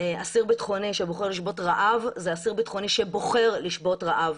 אסיר ביטחוני שבוחר לשבות רעב,